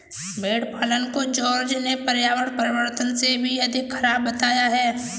भेड़ पालन को जॉर्ज ने पर्यावरण परिवर्तन से भी अधिक खराब बताया है